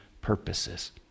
purposes